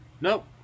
Nope